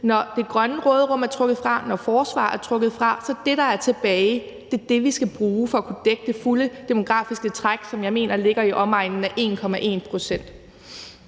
Når det grønne råderum er trukket fra, og når forsvar er trukket fra, er det, der er tilbage, det, vi skal bruge for at kunne dække det fulde demografiske træk, som jeg mener ligger i omegnen af 1,1 pct.